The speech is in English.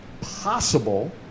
possible